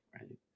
right